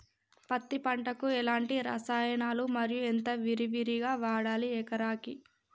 పత్తి పంటకు ఎలాంటి రసాయనాలు మరి ఎంత విరివిగా వాడాలి ఎకరాకి?